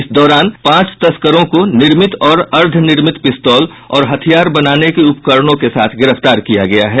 इस दौरान पांच तस्करों को निर्मित और अर्द्वनिर्मित पिस्तौल और हथियार बनाने के उपकरणों के साथ गिरफ्तार किया गया है